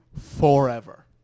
Forever